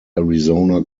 arizona